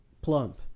plump